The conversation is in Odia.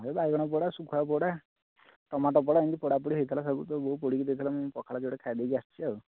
ଏଇ ବାଇଗଣ ପୋଡ଼ା ଶୁଖୁଆ ପୋଡ଼ା ଟମାଟୋ ପୋଡ଼ା ଏମିତି ପୋଡ଼ାପୋଡ଼ି ହୋଇଥିଲା ସବୁ ତୋ ବୋଉ ପଡ଼ିକି ଦେଇଥିଲା ସବୁ ମୁଁ ପଖାଳ ଯୋଡ଼େ ଖାଇ ଦେଇକି ଆସିଛି ଆଉ